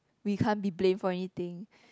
we can't be blame for anything